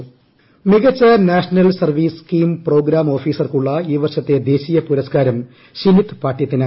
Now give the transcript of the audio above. പുരസ്ക്കാരം മികച്ച national service scheme programme ഓഫീസർക്കുള്ള ഈ വർഷത്തെ ദേശീയ പുരസ്കാരം ഷിനിത്ത് പാട്യത്തിന്